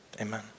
amen